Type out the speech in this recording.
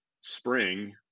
spring